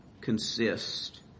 consist